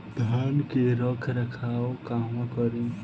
धान के रख रखाव कहवा करी?